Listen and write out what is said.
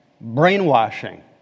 brainwashing